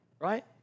right